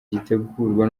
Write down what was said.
gitegurwa